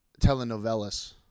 telenovelas